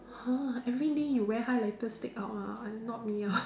!huh! everyday you wear highlighter stick out ah I'm not me ah